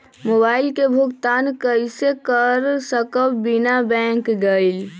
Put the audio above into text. Mobile के भुगतान कईसे कर सकब बिना बैंक गईले?